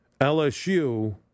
LSU